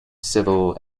civil